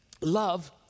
love